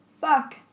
fuck